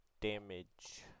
damage